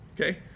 Okay